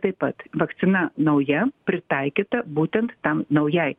taip pat vakcina nauja pritaikyta būtent tam naujai